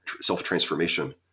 self-transformation